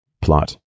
plot